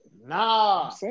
nah